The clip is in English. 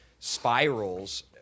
spirals